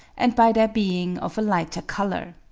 and by their being of a lighter colour.